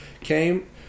came